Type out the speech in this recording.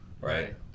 right